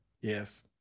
Yes